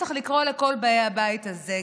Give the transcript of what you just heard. צריך לקרוא לכל באי-הבית הזה,